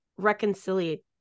reconciliate